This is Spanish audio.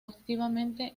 activamente